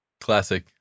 Classic